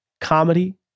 comedy